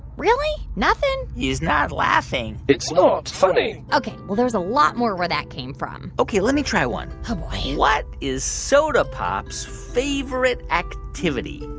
really? nothing? he's not laughing it's not funny ok. well, there's a lot more where that came from ok. let me try one oh, boy what is soda pop's favorite activity?